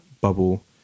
bubble